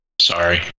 Sorry